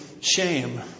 shame